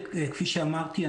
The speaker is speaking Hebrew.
כפי שאמרתי,